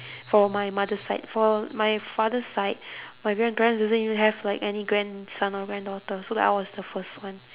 for my mother's side for my father's side my grandparents doesn't even have like any grandson or granddaughter so like I was the first one